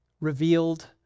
revealed